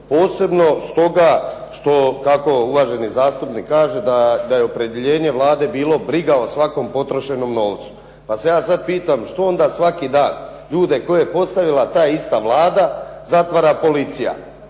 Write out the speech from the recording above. posebno s toga kako uvaženi zastupnik kaže da je opredjeljenje Vlade bilo briga o svakom potrošenom novcu. Pa se ja pitam što onda svaki dan, ljude koje je postavila ta ista Vlada zatvara policija?